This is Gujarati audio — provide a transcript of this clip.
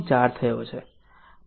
4 થયો છે